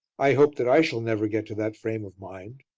i hope that i shall never get to that frame of mind.